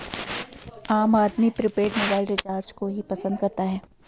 आम आदमी prepaid mobile recharge को ही पसंद करता है